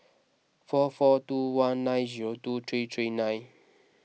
four four two one nine zero two three three nine